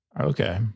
Okay